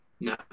no